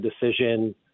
decision